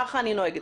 כך אני נוהגת.